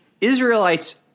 Israelites